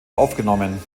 aufgenommen